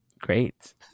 Great